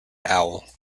owl